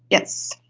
yes.